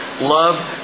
Love